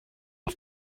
auf